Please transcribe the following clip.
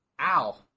Ow